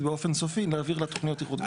לא יותר מארבעים אחוז,